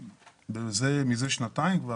מזה שנתיים אנחנו